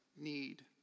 need